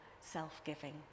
self-giving